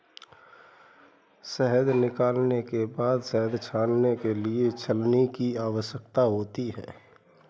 शहद निकालने के बाद शहद छानने के लिए छलनी की आवश्यकता होती है